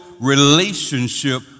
relationship